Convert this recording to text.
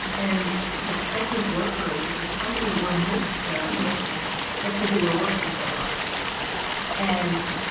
and the pregnant workers at this company were miscarrying because they were working so hard and.